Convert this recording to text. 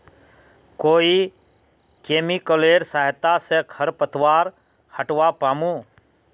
कोइ केमिकलेर सहायता से खरपतवार हटावा पामु